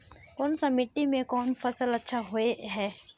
कोन सा मिट्टी में कोन फसल अच्छा होय है?